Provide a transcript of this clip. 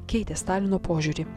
keitė stalino požiūrį